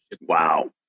Wow